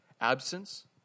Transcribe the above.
absence